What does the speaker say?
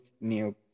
new